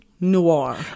Noir